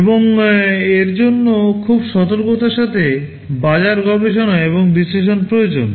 এবং এর জন্য খুব সতর্কতার সাথে বাজার গবেষণা এবং বিশ্লেষণ প্রয়োজন